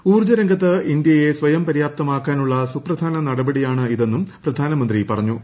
ഊർജ്ജ രംഗത്ത് ഇന്ത്യയെ സ്വയംപര്യാപ്തമാക്കാനുള്ള സുപ്രധാന നടപടിയാണിതെന്നും പ്രധാനമന്ത്രി പറഞ്ഞു